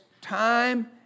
time